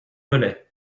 velay